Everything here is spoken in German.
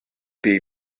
baby